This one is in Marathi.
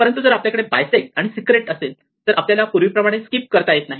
परंतु जर आपल्याकडे बायसेक्ट आणि सीक्रेट असेल तर आपल्याला पूर्वी प्रमाणे स्किप करता येत नाही